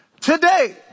Today